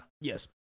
Yes